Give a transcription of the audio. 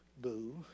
boo